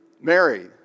Mary